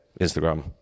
instagram